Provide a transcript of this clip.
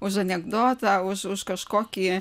už anekdotą už už kažkokį